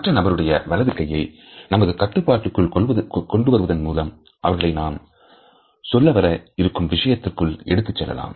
மற்ற நபருடைய வலது கையை நமது கட்டுப்பாட்டுக்குள் கொள்வதன்மூலம் அவர்களை நாம் சொல்ல வர இருக்கும்விஷயத்திற்குள் எடுத்துச் செல்லலாம்